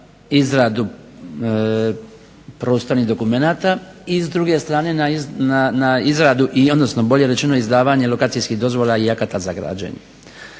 izradu prostornih dokumenata i s druge strane na izradu i odnosno bolje rečeno izdavanja lokacijskih dozvola i akata za građenje.